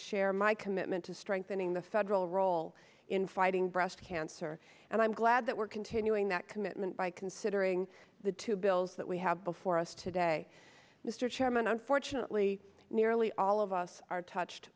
share my commitment to strengthening the federal role in fighting breast cancer and i'm glad that we're continuing that commitment by considering the two bills that we have before us today mr chairman unfortunately nearly all of us are touched